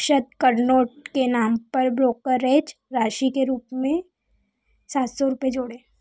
अक्षत करनोट के नाम पर ब्रोकरेज राशि के रूप में सात सौ रुपये जोड़ें